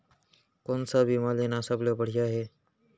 कोन स बीमा लेना सबले बढ़िया हे?